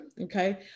okay